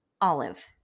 Olive